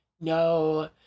no